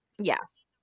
yes